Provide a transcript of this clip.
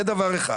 זה דבר אחד.